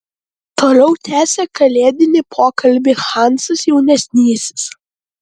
toliau tęsė kalėdinį pokalbį hansas jaunesnysis